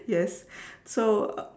yes so err